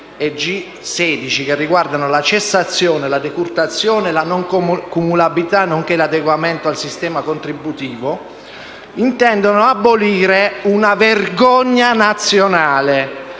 5 Stelle riguardano la cessazione, la decurtazione, la non cumulabilità, nonché l'adeguamento al sistema contributivo, al fine di abolire una vergogna nazionale.